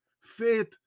faith